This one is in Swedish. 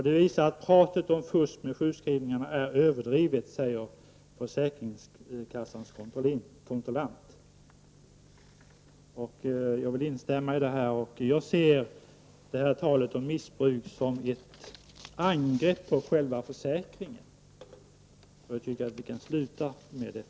Det visar att pratet om fusk med sjukskrivningarna är överdrivet, säger försäkringskassans kontrollant. Jag vill instämma i detta. Jag ser talet om missbruk som ett angrepp på själva försäkringen. Jag tycker vi kan sluta med detta.